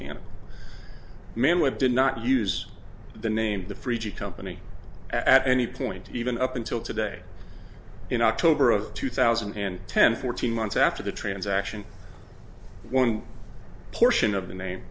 l man with did not use the name the freaky company at any point even up until today in october of two thousand and ten fourteen months after the transaction one portion of the name